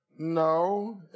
No